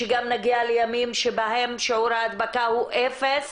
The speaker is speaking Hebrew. שגם נגיע לימים שבהם שיעור ההדבקה הוא אפס,